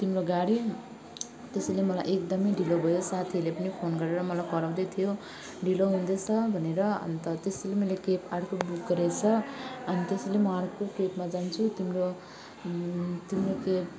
तिम्रो गाडी त्यसैले मलाई एकदम ढिलो भयो साथीहरूले पनि फोन गरेर मलाई कराउँदै थियो ढिलो हुँदैछ भनेर अन्त त्यसैले नै क्याब अर्को बुक गरेको छु अनि त्यसैले म अर्को क्याबमा जान्छु तिम्रो तिम्रो क्याब